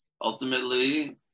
ultimately